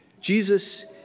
Jesus